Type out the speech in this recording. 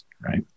right